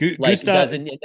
Gustav